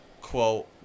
quote